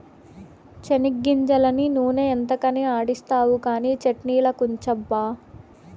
చెనిగ్గింజలన్నీ నూనె ఎంతకని ఆడిస్తావు కానీ చట్ట్నిలకుంచబ్బా